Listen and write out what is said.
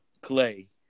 Clay